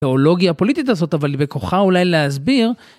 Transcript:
תיאולוגיה פוליטית לעשות, אבל בכוחה אולי להסביר.